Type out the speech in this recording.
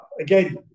again